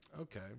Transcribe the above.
Okay